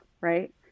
right